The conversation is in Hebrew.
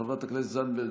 חברת הכנסת זנדברג,